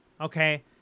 okay